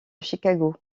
chicago